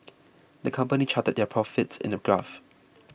the company charted their profits in a graph